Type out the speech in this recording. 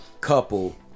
couple